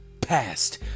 past